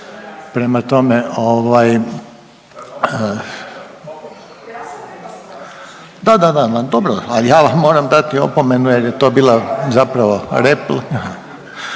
ne čuje./... Da, da, da, dobro, ali ja vam moram dati opomenu jer je to bila zapravo